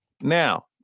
Now